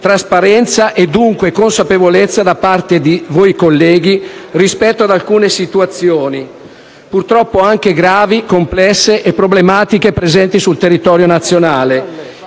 trasparenza e dunque consapevolezza da parte di voi colleghi rispetto ad alcune situazioni, anche gravi, complesse e problematiche, presenti sul territorio nazionale.